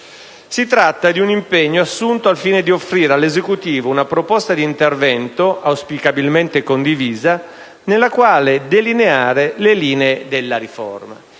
Si tratta di un impegno assunto al fine di offrire all'Esecutivo una proposta di intervento, auspicabilmente condivisa, nella quale delineare le linee della riforma.